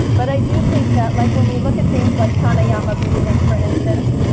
but i do think that like when we look at things like pranayama breathing, for instance,